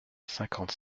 cinquante